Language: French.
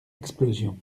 explosion